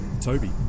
Toby